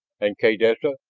and kaydessa?